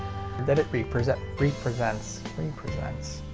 that it reepresent reepresents. reepresents?